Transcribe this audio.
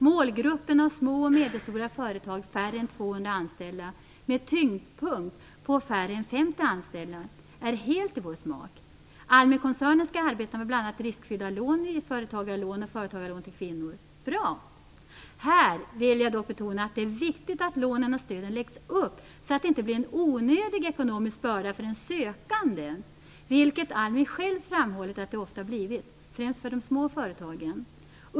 Målgruppen av små och medelstora företag med färre än 200 anställda - med tyngdpunkt på färre än 50 anställda - är helt i vår smak. ALMI-koncernen skall arbeta med bl.a. riskfyllda lån, nyföretagarlån och företagarlån till kvinnor. Det är bra. Här vill jag dock betona att det är viktigt att lånen och stöden läggs upp så att det inte blir en onödig ekonomisk börda för den sökande, vilket ALMI själv har framhållit att det ofta blivit, främst för de små företagen.